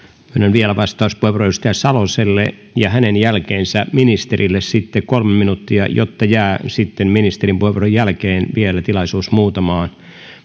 vielä vastauspuheenvuoron edustaja saloselle ja hänen jälkeensä ministerille kolme minuuttia jotta jää sitten ministerin puheenvuoron jälkeen vielä tilaisuus muutamaan